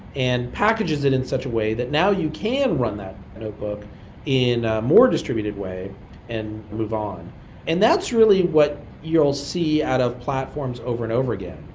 and packages it in such a way that now you can run that notebook in a more distributed way and move on and that's really what you'll see out of platforms over and over again.